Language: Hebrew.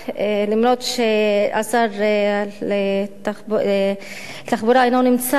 אף ששר התחבורה אינו נמצא,